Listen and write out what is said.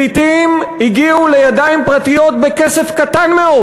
לעתים הגיעו לידיים פרטיות בכסף קטן מאוד.